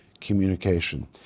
communication